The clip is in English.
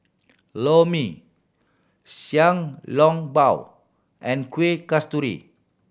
Lor Mee Xiao Long Bao and Kuih Kasturi